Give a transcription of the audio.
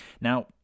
Now